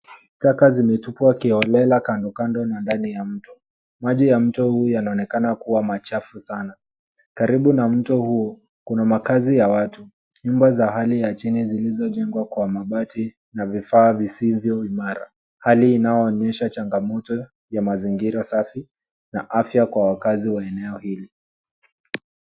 Taka zimetupwa kiholela kando kando na ndani ya mto. Maji ya mto huu yanaonekana kuwa machafu sana. Karibu na mto huu, kuna makaazi ya watu. Nyumba za hali ya chini zilizojengwa kwa mabati na vifaa visivyo imara. Hali inayoonyesha changamoto ya mazingira safi na afya kwa wakaazi wa eneo hili.